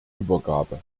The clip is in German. übergabe